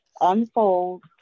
Unfold